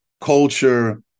culture